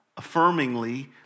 affirmingly